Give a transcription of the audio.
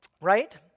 right